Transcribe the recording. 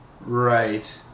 Right